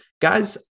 Guys